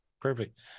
Perfect